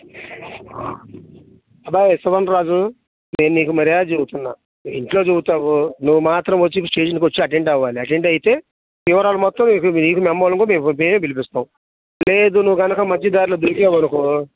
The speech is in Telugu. అబ్బాయి సువర్ణ రాజు నేను నీకు మర్యాదగా చెప్తున్న ఇంట్లో చెప్తావో నువ్వు మాత్రం వచ్చి స్టేషన్కి వచ్చి అటెండ్ అవ్వాలి అటెండ్ అయితే వివరాలు మొత్తం మీకు మీ అమ్మ వాళ్ళకి మేమే పిలిపిస్తాం లేదు నువ్వు కనుక మధ్య దారిలో దొరికావు అనుకో